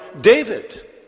David